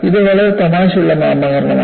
ഇത് വളരെ തമാശയുള്ള നാമകരണമാണ്